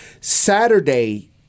Saturday